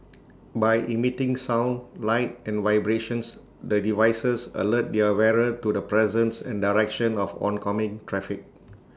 by emitting sound light and vibrations the devices alert their wearer to the presence and direction of oncoming traffic